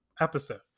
episode